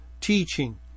teaching